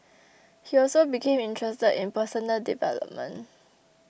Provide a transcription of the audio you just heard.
he also became interested in personal development